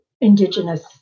indigenous